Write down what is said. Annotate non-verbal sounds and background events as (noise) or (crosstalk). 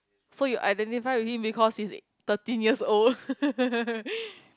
so you identify already because he is thirteen years old (laughs)